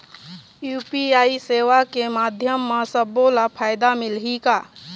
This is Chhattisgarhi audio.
यू.पी.आई सेवा के माध्यम म सब्बो ला फायदा मिलही का?